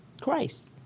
Christ